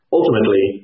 ultimately